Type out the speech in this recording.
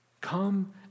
Come